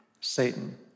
Satan